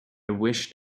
wished